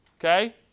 okay